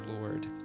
Lord